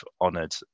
honoured